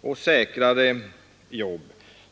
och säkrare jobb.